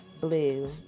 Blue